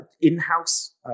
in-house